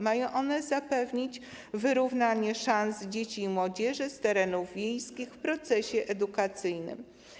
Mają one zapewnić wyrównanie szans dzieci i młodzieży z terenów wiejskich w procesie edukacyjnym.